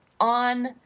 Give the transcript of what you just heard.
on